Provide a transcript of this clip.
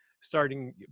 starting